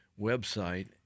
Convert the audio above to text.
website